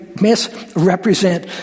misrepresent